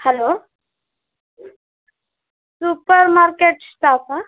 hello super market ಸ್ಟಾಫಾ